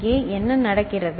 இங்கே என்ன நடக்கிறது